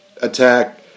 attack